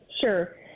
sure